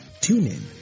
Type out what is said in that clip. TuneIn